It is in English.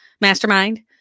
mastermind